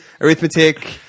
arithmetic